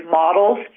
models